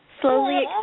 slowly